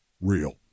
real